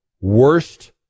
Worst